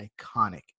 iconic